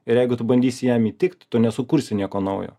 ir jeigu tu bandysi jam įtikt tu nesukursi nieko naujo